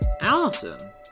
Allison